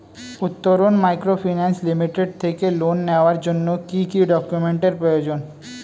Uttaran microfinance limited থেকে loan নেওয়ার জন্য কি কি ডকুমেন্টস এর প্রয়োজন?